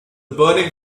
burning